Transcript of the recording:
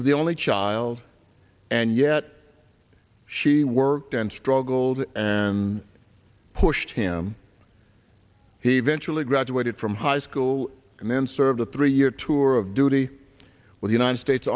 was the only child and yet she worked and struggled and pushed him he eventually graduated from high school and then served a three year tour of duty with united states